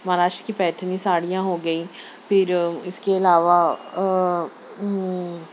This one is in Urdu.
مہاراشٹر کی پیٹرنی ساڑیاں ہو گئیں پھر اس کے علاوہ